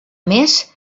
més